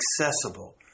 accessible